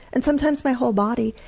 and sometimes my whole body,